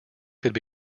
could